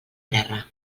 terra